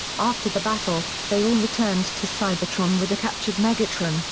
after the battle, they all returned to cybertron with the captured megatron,